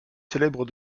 célèbres